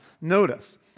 Notice